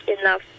enough